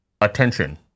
attention